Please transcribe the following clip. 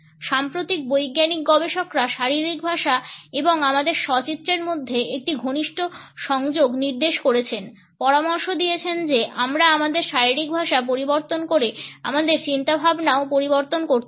সাম্প্রতিক বৈজ্ঞানিক গবেষকরা শারীরিক ভাষা এবং আমাদের স্ব চিত্রের মধ্যে একটি ঘনিষ্ঠ সংযোগ নির্দেশ করেছেন পরামর্শ দিয়েছেন যে আমরা আমাদের শারীরিক ভাষা পরিবর্তন করে আমাদের চিন্তাভাবনাও পরিবর্তন করতে পারি